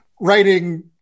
writing